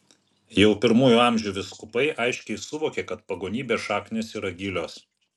jau pirmųjų amžių vyskupai aiškiai suvokė kad pagonybės šaknys yra gilios